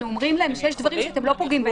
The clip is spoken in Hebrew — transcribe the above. אנחנו אומרים להם שיש דברים שאתם לא פוגעים בהם.